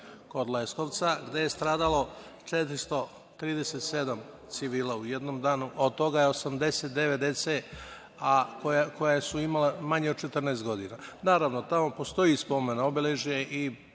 kod Leskovca, gde je stradalo 437 civila u jednom danu, od toga 89 dece koja su imala manje od 14 godina. Naravno, tamo postoji spomen obeležje i